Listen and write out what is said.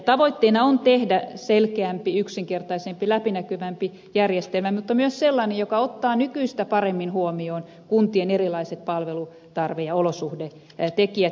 tavoitteena on tehdä selkeämpi yksinkertaisempi läpinäkyvämpi järjestelmä mutta myös sellainen joka ottaa nykyistä paremmin huomioon kuntien erilaiset palvelutarve ja olosuhdetekijät